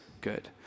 good